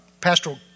pastoral